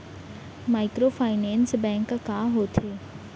Microfinance bank का होथे?